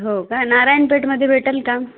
हो का नारायणपेठमध्ये भेटेल का